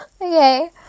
Okay